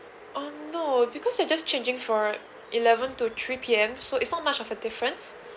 um no because they just changing from eleven to three P_M so it's not much of a difference